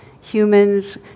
humans